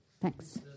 Thanks